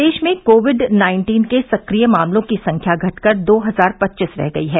प्रदेश में Covid nineteen के सक्रिय मामलों की संख्या घटकर दो हजार पच्चीस रह गयी है